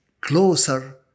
closer